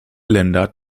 länder